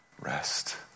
rest